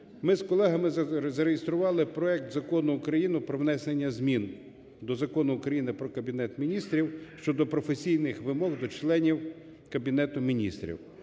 ми з колегами зареєстрували проект Закону України "Про внесення змін до Закону України "Про Кабінет Міністрів" (щодо професійних вимог до членів Кабінету Міністрів).